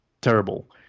terrible